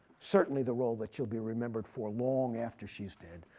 certainly the role that she'll be remembered for long after she's dead.